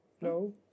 No